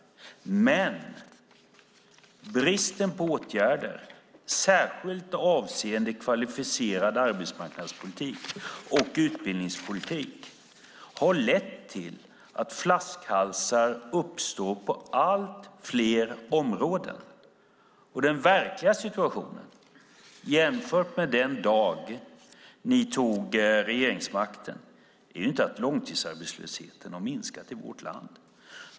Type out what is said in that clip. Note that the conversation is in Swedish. Men bristen på åtgärder, särskilt avseende kvalificerad arbetsmarknadspolitik och utbildningspolitik, har lett till att flaskhalsar uppstår på allt fler områden. Den verkliga situationen, jämfört med hur det var den dag som ni övertog regeringsmakten, är inte att långtidsarbetslösheten har minskat i vårt land.